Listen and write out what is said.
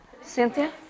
Cynthia